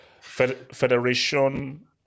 federation